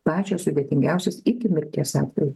pačios sudėtingiausios iki mirties atvejų